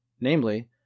namely